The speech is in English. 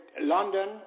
London